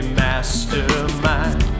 mastermind